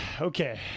Okay